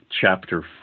Chapter